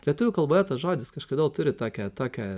lietuvių kalboje tas žodis kažkodėl turi tokią tokią